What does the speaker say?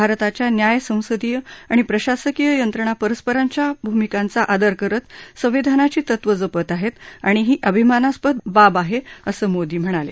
भारताच्या न्याय संसदीय आणि प्रशासकीय यंत्रणा परस्परांच्या भूमिकांचा आदर करत संविधानाची तत्व जपत आहेत आणि ही अभिमानस्पद बाब आहे असं मोदी म्हणाले